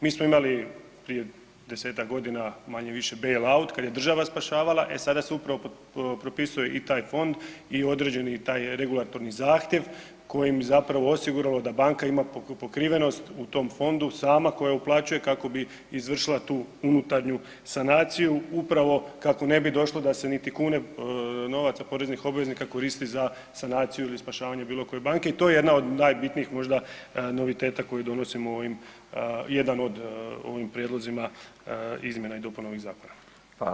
Mi smo imali prije 10-ak godina manje-više bail out kad je država spašavala, e sada se upravo propisuje i taj fond i određeni taj regulatorni zahtjev kojim zapravo osiguralo da banka ima pokrivenost u tom fondu sama koja uplaćuje kako bi izvršila tu unutarnju sanaciju upravo kako ne bi došlo da se niti kune novaca poreznih obveznika koristi za sanaciju ili spašavanje bilo koje banke i to je jedna od najbitnijih možda noviteta koje donosimo u ovim, jedan od u ovim prijedlozima izmjena i dopuna ovih zakona.